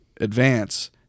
advance